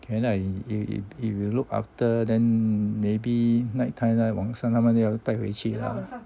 can I if if you look after then maybe night time 晚上他们要带回去啦